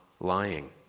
Lying